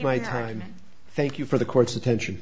my time thank you for the court's attention